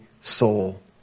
soul